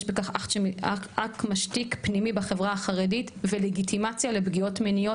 יש בכך אקט משתיק פנימי בחברה החרדית ולגיטימציה לפגיעות מיניות.